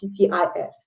CCIF